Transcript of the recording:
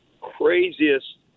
craziest